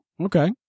Okay